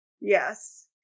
yes